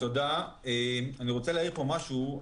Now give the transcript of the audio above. אני רוצה להעיר פה משהו.